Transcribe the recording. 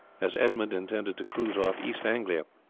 as edmund intended to cruise off east anglia,